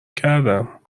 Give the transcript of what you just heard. کردم